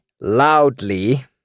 loudly